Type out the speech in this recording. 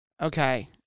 okay